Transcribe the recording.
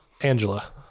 Angela